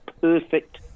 perfect